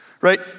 Right